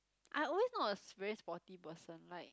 I always not a sp~ very sporty person like